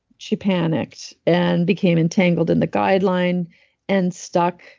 she panicked, and became entangled in the guide line and stuck,